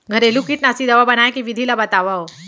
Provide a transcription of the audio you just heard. घरेलू कीटनाशी दवा बनाए के विधि ला बतावव?